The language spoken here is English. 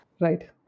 Right